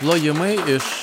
plojimai iš